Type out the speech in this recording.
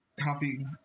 coffee